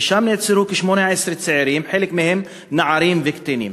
ושם נעצרו כ-18 צעירים, חלק מהם נערים וקטינים.